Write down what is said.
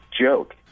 joke